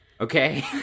Okay